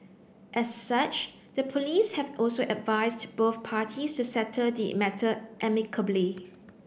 as such the police have also advised both parties to settle the matter amicably